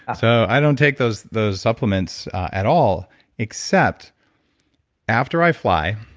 i so i don't take those those supplements at all except after i fly.